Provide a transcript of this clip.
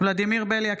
ולדימיר בליאק,